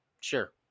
Sure